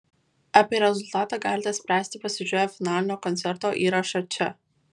apie rezultatą galite spręsti pasižiūrėję finalinio koncerto įrašą čia